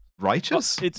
Righteous